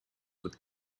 with